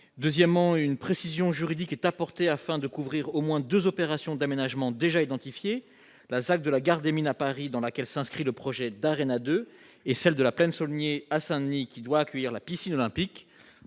deuxièmement une précision juridique est apportée afin de couvrir au moins 2 opérations d'aménagement déjà identifié la ZAC de la gare des mines à Paris dans laquelle s'inscrit le projet d'Darren à 2 et celle de la plaine Saulnier à Saint-Denis, qui doit accueillir la piscine olympique,